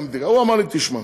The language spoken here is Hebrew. הוא אמר לי: תשמע,